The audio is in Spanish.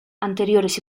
anteriores